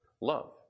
Love